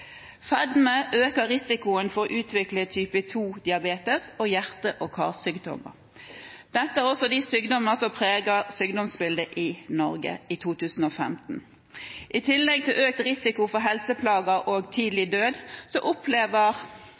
Fedme øker risikoen for å utvikle type 2-diabetes og hjerte- og karsykdommer. Dette er også de sykdommer som preger sykdomsbildet i Norge i 2015. I tillegg til økt risiko for helseplager og tidlig død opplever